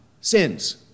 sins